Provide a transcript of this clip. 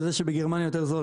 על זה שבגרמניה יותר זול,